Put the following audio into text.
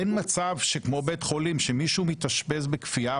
אין מצב שכמו בית חולים שמישהו מתאשפז בכפייה,